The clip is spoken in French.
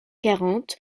quarante